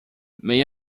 may